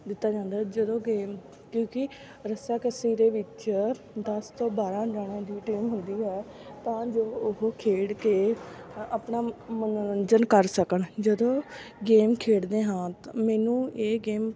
ਦਿੱਤਾ ਜਾਂਦਾ ਜਦੋਂ ਗੇਮ ਕਿਉਂਕਿ ਰੱਸਾਕੱਸੀ ਦੇ ਵਿੱਚ ਦਸ ਤੋਂ ਬਾਰਾਂ ਜਣਿਆਂ ਦੀ ਟੀਮ ਹੁੰਦੀ ਹੈ ਤਾਂ ਜੋ ਉਹ ਖੇਡ ਕੇ ਆ ਆਪਣਾ ਮੰਨੋਰੰਜਨ ਕਰ ਸਕਣ ਜਦੋਂ ਗੇਮ ਖੇਡਦੇ ਹਾਂ ਮੈਨੂੰ ਇਹ ਗੇਮ